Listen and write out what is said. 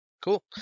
Cool